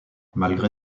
malgré